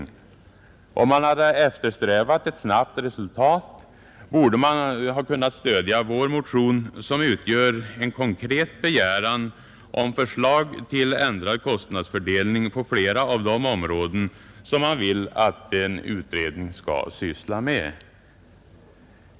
Om man hade eftersträvat ett snabbt resultat, borde man ha kunnat stödja vår motion, som utgör en konkret begäran om förslag till ändrad kostnadsfördelning på flera av de områden som man vill att en utredning skall syssla med.